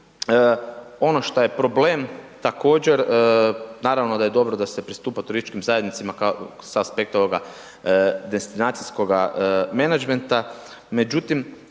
Ono šta je problem također, naravno da je dobro da se pristupa turističkim zajednicama sa aspekta ovoga destinacijskoga menadžmenta. Međutim,